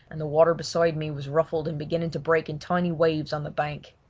and the water beside me was ruffled and beginning to break in tiny waves on the bank.